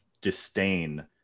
disdain